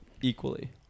equally